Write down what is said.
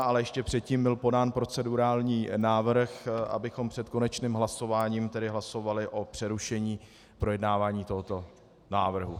Ale ještě předtím byl podán procedurální návrh, abychom před konečným hlasováním hlasovali o přerušení projednávání tohoto návrhu.